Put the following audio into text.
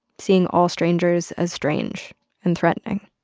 seeing all strangers as strange and threatening.